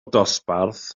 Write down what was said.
dosbarth